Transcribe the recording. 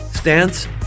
stance